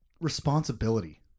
responsibility